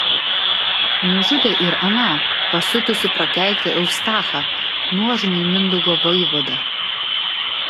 nužudė ir aną pasiutusį prakeiktą eustachą nuožmųjį mindaugo vaivadą